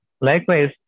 Likewise